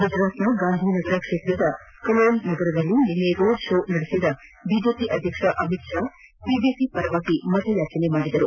ಗುಜರಾತ್ನ ಗಾಂಧಿನಗರ ಕ್ಷೇತ್ರದ ಕಲೋಲ್ ನಗರದಲ್ಲಿ ನಿನ್ನೆ ರೋಡ್ ಶೋ ನಡೆಸಿದ ಬಿಜೆಪಿ ಅಧ್ಯಕ್ಷ ಅಮಿತ್ ಪಾ ಬಿಜೆಪಿ ಪರ ಮತ ಯಾಚಿಸಿದರು